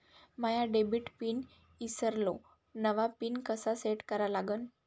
माया debit pin ईसरलो, नवा pin कसा सेट करा लागन?